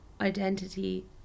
identity